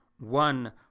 one